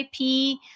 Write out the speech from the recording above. ip